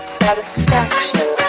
satisfaction